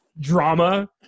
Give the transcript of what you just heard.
drama